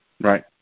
Right